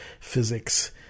physics